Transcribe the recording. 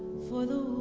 for the